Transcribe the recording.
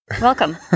Welcome